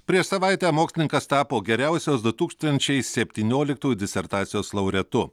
prieš savaitę mokslininkas tapo geriausios du tūkstančiai septynioliktų disertacijos laureatu